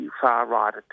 far-right